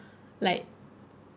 like